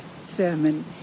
sermon